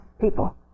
people